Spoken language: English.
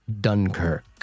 Dunkirk